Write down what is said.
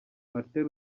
martin